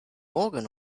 organ